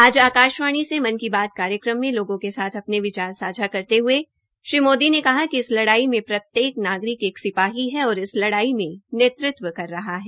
आज आकाशवाणी से मन की बात कार्यक्रम मे लोगों के साथ अपने विचार सांझा करते हये श्री मोदी ने कहा कि इस लड़ाई मे प्रत्येक नागरिक एक सिपाही है और इस लड़ाई में नेतृत्व कर रहा है